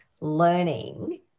learning